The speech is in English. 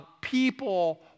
people